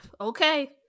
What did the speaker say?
Okay